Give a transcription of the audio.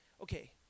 Okay